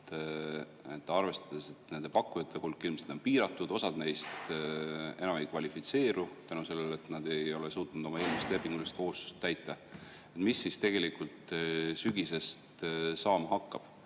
Arvestades, et nende pakkujate hulk ilmselt on piiratud, osa neist enam ei kvalifitseeru, kuna nad ei ole suutnud oma eelmist lepingulist kohustust täita, mis siis tegelikult sügisest saama hakkab?